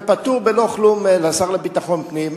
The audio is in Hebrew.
ופטור בלא בכלום, לשר לביטחון פנים.